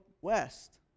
west